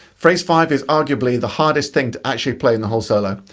phrase five is arguably the hardest thing to actually play in the whole solo.